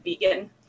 vegan